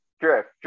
Drift